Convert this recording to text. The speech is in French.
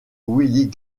willy